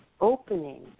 opening